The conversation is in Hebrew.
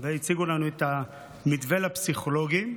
והציגו לנו את המתווה לפסיכולוגים.